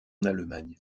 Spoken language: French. allemagne